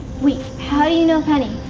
wait. how do you know penny?